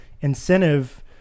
incentive